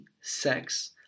sex